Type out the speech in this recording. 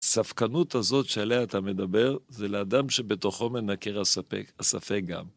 הספקנות הזאת שעליה אתה מדבר, זה לאדם שבתוכו מנקר הספק גם.